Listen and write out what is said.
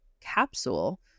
capsule